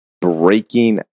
breaking